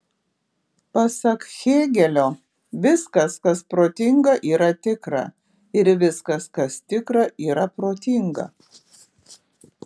pasak hėgelio viskas kas protinga yra tikra ir viskas kas tikra yra protinga